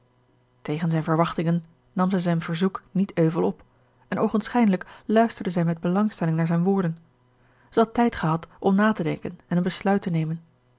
tegen zijne verwachtingen nam zij zijn verzoek niet euvel op en oogenschijnlijk luisterde zij met belangstelling naar zijne woorden zij had tijd gehad om na te denken en een besluit te nemen